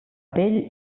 pell